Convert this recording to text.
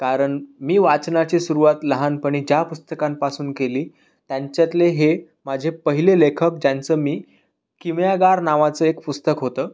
कारण मी वाचनाची सुरवात लहानपणी ज्या पुस्तकांपासून केली त्यांच्यातले हे माझे पहिले लेखक ज्यांचं मी किमयागार नावाचं एक पुस्तक होतं